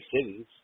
cities